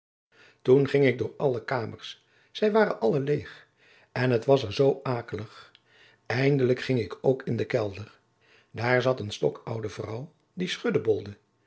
toen ging ik door alle kamers zij waren alle leeg en het was er zoo akelig eindelijk ging ik ook in den kelder daar zat een stokoude vrouw die